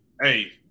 hey